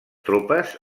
tropes